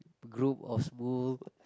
group of Smule